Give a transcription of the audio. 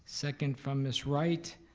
second from miss wright.